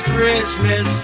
Christmas